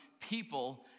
people